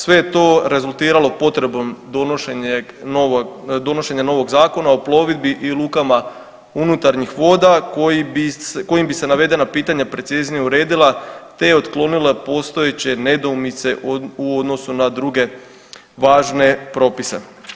Sve je to rezultiralo potrebom donošenja novog Zakona o plovidbi i lukama unutarnjih voda kojim bi se navedena pitanja preciznije uredila, te otklonile postojeće nedoumice u odnosu na druge važne propise.